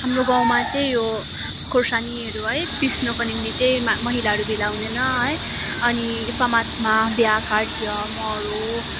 हाम्रो गाउँमा चाहिँ यो खोर्सानीहरू है पिस्नुको निम्ति चाहिँ महिलाहरू भेला हुँदैन है अनि समाजमा बिहा कार्य मरौ